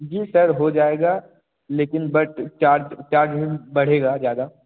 जी sir हो जाएगा लेकिन बट चार्ज चार्ज बढ़ेगा ज़्यादा